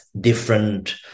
different